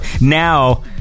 now